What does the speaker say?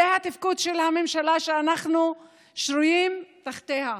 זה התפקוד של הממשלה שאנחנו שרויים תחתיה.